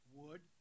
wood